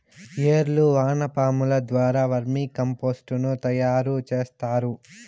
ఏర్లు వానపాముల ద్వారా వర్మి కంపోస్టుని తయారు చేస్తారు